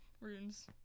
Runes